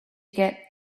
get